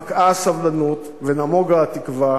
פקעה הסבלנות ונמוגה התקווה.